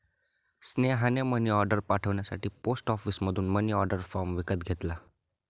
स्नेहाने मनीऑर्डर पाठवण्यासाठी पोस्ट ऑफिसमधून मनीऑर्डर फॉर्म विकत घेतला